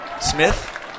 Smith